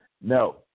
No